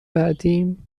بعدیم